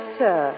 sir